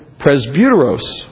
presbyteros